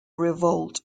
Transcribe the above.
revolt